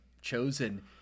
Chosen